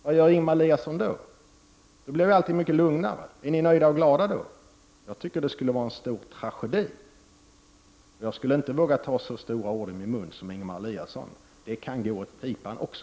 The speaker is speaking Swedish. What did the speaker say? Vad gör Ingemar Eliasson då? Då blir ju allting mycket lugnare. Är ni nöjda och glada då? Jag tycker att det skulle vara en stor tragedi, och jag skulle inte våga ta så stora ord i min mun som Ingemar Eliasson. Det kan gå åt pipan också.